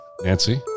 Nancy